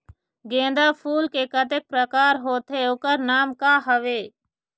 गेंदा फूल के कतेक प्रकार होथे ओकर नाम का हवे?